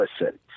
Listen